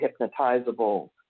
hypnotizable